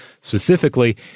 Specifically